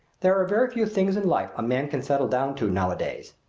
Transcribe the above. there are very few things in life a man can settle down to nowadays.